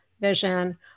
vision